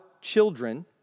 children